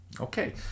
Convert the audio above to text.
Okay